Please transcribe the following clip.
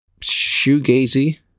shoegazy